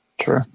True